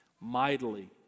mightily